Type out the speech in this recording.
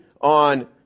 on